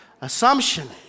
Assumption